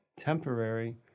temporary